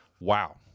wow